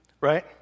right